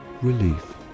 relief